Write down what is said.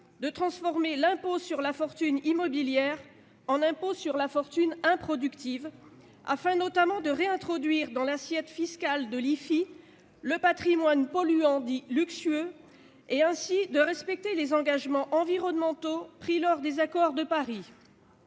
de transformer l'impôt sur la fortune immobilière (IFI) en impôt sur la fortune improductive, afin notamment de réintroduire dans l'assiette fiscale de l'IFI le patrimoine polluant dit « luxueux » et, ainsi, de respecter les engagements environnementaux pris lors des accords de Paris.